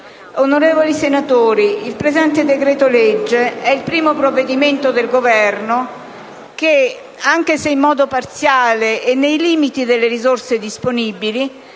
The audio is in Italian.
onorevoli senatori, il presente decreto-legge è il primo provvedimento del Governo che, anche se in modo parziale e nei limiti delle risorse disponibili,